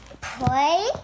play